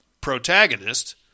protagonist